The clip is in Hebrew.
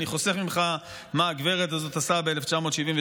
אני חוסך ממך מה הגברת הזאת עשתה ב-1978,